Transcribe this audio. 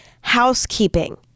Housekeeping